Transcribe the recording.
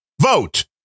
Vote